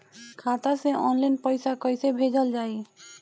खाता से ऑनलाइन पैसा कईसे भेजल जाई?